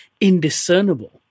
indiscernible